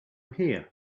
here